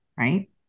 Right